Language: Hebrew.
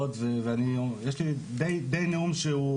יש לי עניין די קבוע,